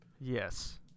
Yes